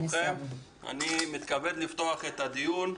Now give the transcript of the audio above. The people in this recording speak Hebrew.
סדר-היום: שביתת הסגל הזוטר.